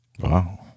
Wow